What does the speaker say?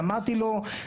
אמרתי לו,